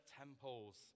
temples